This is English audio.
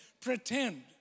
Pretend